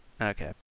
Okay